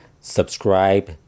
Subscribe